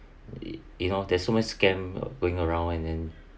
you know there's so many scam going around and then